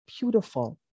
beautiful